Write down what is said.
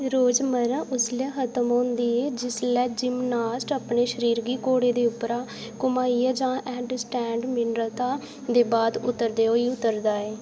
रोजमर्रा उसलै खत्म होंदी ऐ जिसलै जिमनास्ट अपने शरीर गी घोड़े दे उप्परा घुमाइयै जां हैंडस्टैंड बिन्नर्ता दे बाद उतरदे होई उतरदा ऐ